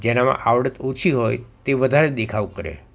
જેનામાં આવડત ઓછી હોય તે વધારે દેખાવ કરે